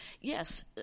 yes